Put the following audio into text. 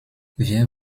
wir